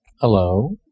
Hello